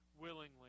willingly